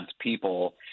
people